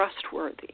trustworthy